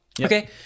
Okay